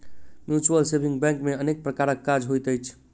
mutual saving bank मे अनेक प्रकारक काज होइत अछि